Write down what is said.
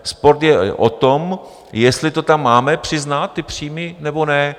Spor je o tom, jestli to tam máme přiznat, ty příjmy, nebo ne.